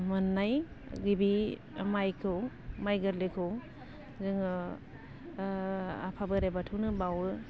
मोननाय गिबि माइखौ माइ गोरलैखौ जोङो आफा बोराइ बाथौनो बावो